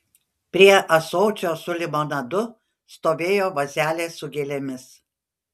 prie ąsočio su limonadu stovėjo vazelė su gėlėmis